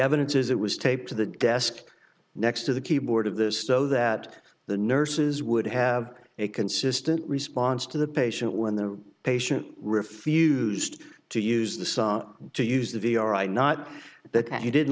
evidence as it was taped to the desk next to the keyboard of this so that the nurses would have it consistent response to the patient when the patient refused to use the song to use the v or i not that he didn't